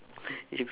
if you